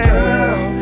girl